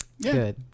good